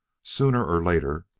sooner or later,